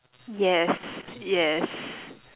yes yes